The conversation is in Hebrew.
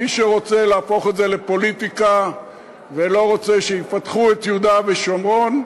מי שרוצה להפוך את זה לפוליטיקה ולא רוצה שיפתחו את יהודה ושומרון,